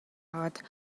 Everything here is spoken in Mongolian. аваад